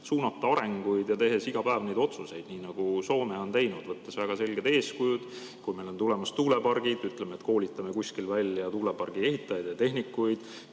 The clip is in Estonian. suunata arengut, tehes iga päev otsuseid, nii nagu Soome on teinud, võttes väga selged eeskujud: kui meil on tulemas tuulepargid, siis me koolitame kuskil välja tuulepargi ehitajaid ja tehnikuid,